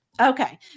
Okay